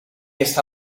está